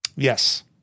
Yes